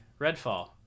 Redfall